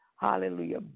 Hallelujah